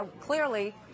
Clearly